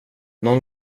nån